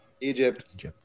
Egypt